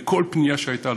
לכל פנייה שהייתה.